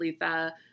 Letha